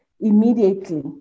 immediately